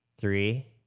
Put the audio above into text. Three